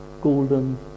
golden